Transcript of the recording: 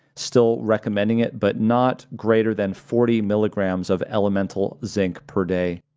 still recommending it, but not greater than forty milligrams of elemental zinc per day,